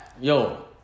Yo